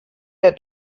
der